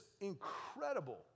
incredible